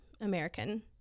American